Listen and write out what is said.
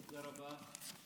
תודה רבה.